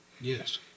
Yes